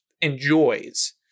enjoys